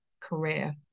career